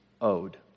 owed